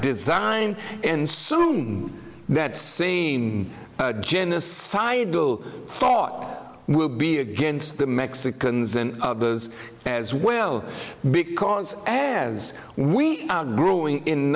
design and sume that seeing genocidal thought will be against the mexicans and others as well because as we are growing in